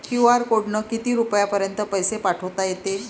QR कोडनं किती रुपयापर्यंत पैसे पाठोता येते?